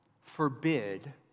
forbid